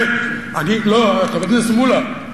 חבר הכנסת מולה,